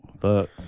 Fuck